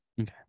Okay